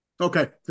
Okay